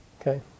Okay